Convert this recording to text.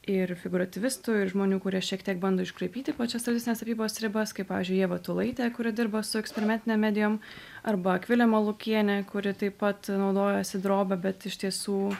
ir figūratyvistų ir žmonių kurie šiek tiek bando iškraipyti pačias tolesnes tapybos ribas kaip pavyzdžiui ieva tulaitė kuri dirba su eksperimentinėm medijom arba akvilė malukienė kuri taip pat naudojosi drobe bet iš tiesų